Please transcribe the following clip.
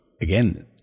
again